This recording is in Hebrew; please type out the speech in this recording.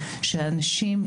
שאנשים,